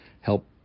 help